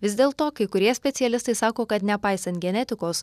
vis dėlto kai kurie specialistai sako kad nepaisant genetikos